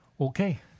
Okay